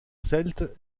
celte